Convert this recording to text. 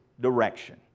direction